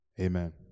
Amen